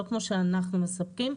לא כמו שאנחנו מספקים,